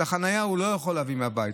את החניה הוא לא יכול להביא מהבית.